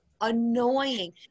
annoying